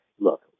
look